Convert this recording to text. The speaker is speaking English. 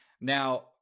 now